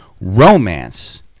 romance